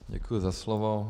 Děkuji za slovo.